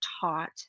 taught